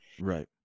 Right